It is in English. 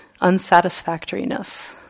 unsatisfactoriness